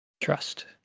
Trust